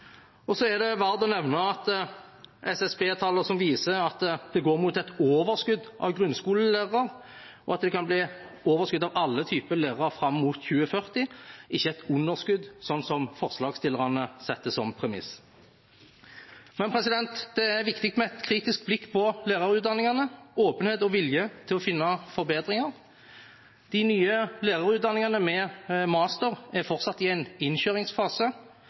er verdt å nevne SSB-tallene som viser at det går mot et overskudd av grunnskolelærere, og at det kan bli overskudd av alle typer lærere fram mot 2040, ikke et underskudd, som forslagsstillerne setter som premiss. Det er viktig med et kritisk blikk på lærerutdanningene og åpenhet og vilje til å finne forbedringer. De nye lærerutdanningene med master er fortsatt i en innkjøringsfase.